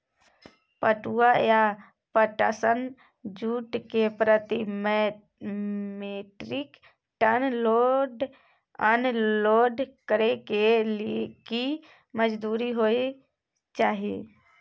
पटुआ या पटसन, जूट के प्रति metric ton load unload करै के की मजदूरी होय चाही?